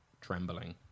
trembling